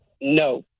No